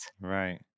Right